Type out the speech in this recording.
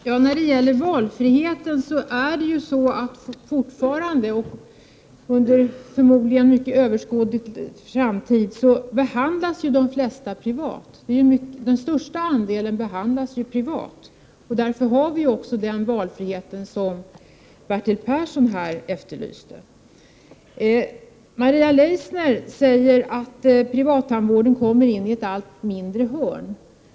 Herr talman! Beträffande valfriheten: Fortfarande — och förmodligen under överskådlig framtid — behandlas de flesta privat. Därför har vi också den valfrihet som Bertil Persson efterlyste. Maria Leissner säger att privattandvården trängs in i ett allt mindre hörn.